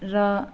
र